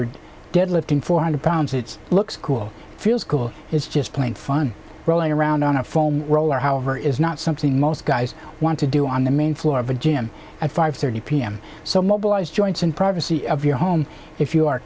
or deadlift in four hundred pounds it's looks cool feels cool it's just plain fun rolling around on a form roller however is not something most guys want to do on the main floor of a gym at five thirty p m so mobilized joints and privacy of your home if you are